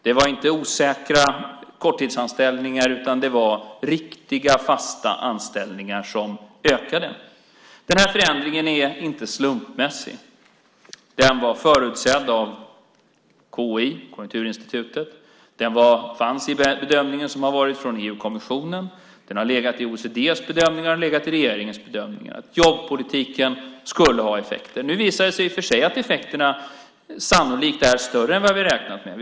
Det var inte osäkra korttidsanställningar, utan det var riktiga, fasta anställningar som ökade. Denna förändring är inte slumpmässig. Den var förutsedd av Konjunkturinstitutet. Den fanns i EU-kommissionens bedömning. Den har legat i OECD:s bedömningar, och det har legat i regeringens bedömning att jobbpolitiken skulle ha effekter. Nu visar det sig i och för sig att effekterna sannolikt är större än vad vi räknat med.